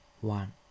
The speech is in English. One